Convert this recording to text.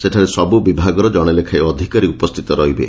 ସେଠାରେ ସବୁ ବିଭାଗର ଜଣେ ଲେଖାଏଁ ଅଧିକାରୀ ଉପସ୍ତିତ ରହିବେ